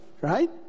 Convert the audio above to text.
Right